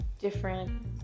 different